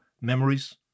Memories